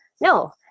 No